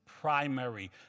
primary